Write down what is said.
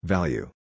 Value